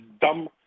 dumb